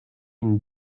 une